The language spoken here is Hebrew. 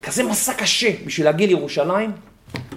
כזה מסע קשה, בשביל להגיע לירושלים?